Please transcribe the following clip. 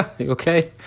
Okay